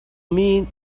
mean